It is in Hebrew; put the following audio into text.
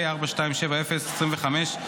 פ/4270/25,